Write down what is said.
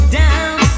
down